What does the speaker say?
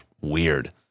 Weird